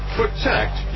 protect